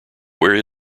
where